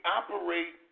operate